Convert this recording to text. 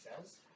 says